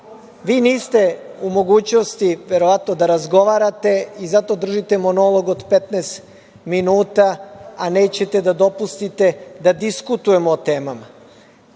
niste u mogućnosti, verovatno, da razgovarate i zato držite monolog od 15 minuta, a nećete da dopustite da diskutujemo o temama.